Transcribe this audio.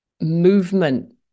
movement